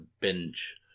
binge